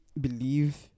believe